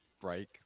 break